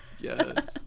Yes